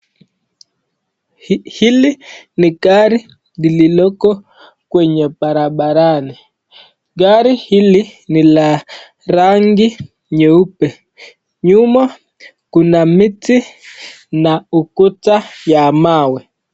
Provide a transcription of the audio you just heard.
Hili ni gari lililoko kwenye barabarani. Gari hili ni la rangi nyeupe. Nyuma kuna miti na ukuta ya mawe.